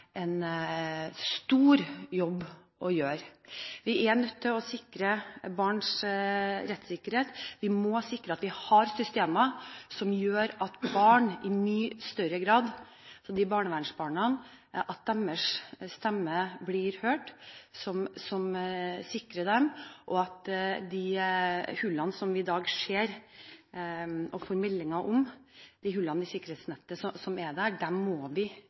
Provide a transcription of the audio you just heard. stor jobb å gjøre. Vi er nødt til å sikre barns rettssikkerhet. Vi må sikre at vi har systemer som gjør at barnevernsbarns stemme i mye større grad blir hørt, og som sikrer dem. De hullene i sikkerhetsnettet som vi i dag ser og får meldinger om, må vi tette, for det er klart at disse barna skal bli tatt alvorlig, og vi